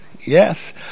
yes